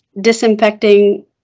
disinfecting